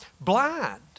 blind